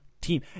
team